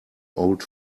old